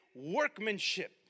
workmanship